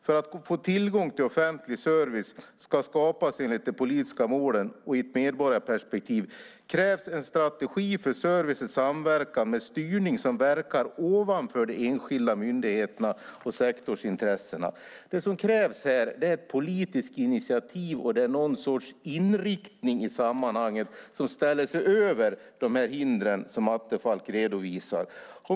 För att tillgång till offentlig service ska skapas enligt de politiska målen och i ett medborgarperspektiv krävs en strategi för service i samverkan med styrning som verkar ovanför de enskilda myndigheterna och sektorsintressena. Det som krävs här ett politiskt initiativ och någon sorts inriktning i sammanhanget som ställer sig över de hinder som Attefall redovisar.